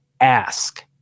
ask